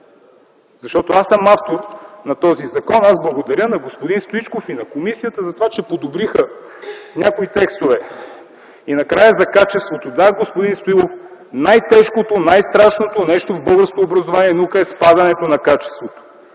Защото аз съм автор на този закон. Аз благодаря на господин Стоичков и на комисията за това, че подобриха някои текстове. И накрая за качеството – да, господин Стоилов, най-тежкото, най-страшното нещо в българското образование и наука, е спадането на качеството.